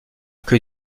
que